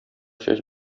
чәч